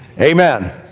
amen